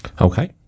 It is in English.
Okay